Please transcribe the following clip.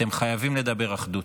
אתם חייבים לדבר אחדות.